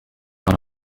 hari